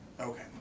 Okay